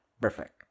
Perfect